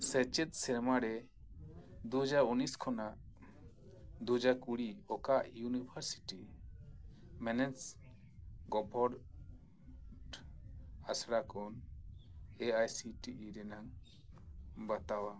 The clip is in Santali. ᱥᱮᱪᱮᱫ ᱥᱮᱨᱢᱟᱨᱮ ᱫᱩᱦᱟᱡᱟᱨ ᱩᱱᱱᱤᱥ ᱠᱷᱚᱱᱟᱜ ᱫᱩᱦᱟᱡᱟᱨ ᱠᱩᱲᱤ ᱚᱠᱟ ᱤᱭᱩᱱᱤᱵᱷᱟᱨᱥᱤᱴᱤ ᱢᱮᱱᱮᱡᱽᱰ ᱜᱚᱵᱷᱴ ᱟᱥᱲᱟ ᱠᱷᱚᱱ A I C T E ᱨᱮᱱᱟᱜ ᱵᱟᱛᱟᱣᱟ